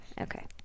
Okay